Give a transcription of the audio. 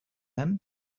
man